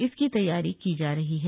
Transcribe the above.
इसकी तैयारी की जा रही है